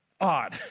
odd